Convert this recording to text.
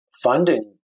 funding